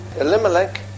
Elimelech